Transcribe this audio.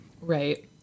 Right